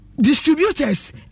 distributors